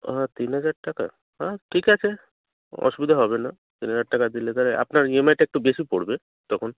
হ্যাঁ তিন হাজার টাকা হ্যাঁ ঠিক আছে অসুবিধা হবে না তিন হাজার টাকা দিলে তাহলে আপনার ই এম আইটা একটু বেশি পড়বে তখন